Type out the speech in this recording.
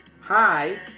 Hi